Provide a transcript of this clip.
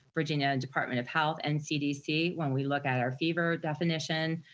virginia and department of health and cdc, when we look at our fever definition,